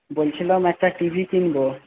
বলছিলাম একটা টিভি কিনব